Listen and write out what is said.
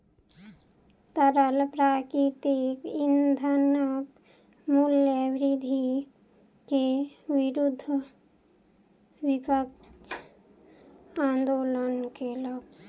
तरल प्राकृतिक ईंधनक मूल्य वृद्धि के विरुद्ध विपक्ष आंदोलन केलक